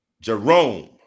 Jerome